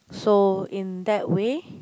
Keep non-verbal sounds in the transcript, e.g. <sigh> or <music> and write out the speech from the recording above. so in that way <breath>